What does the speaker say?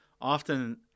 often